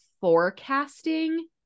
forecasting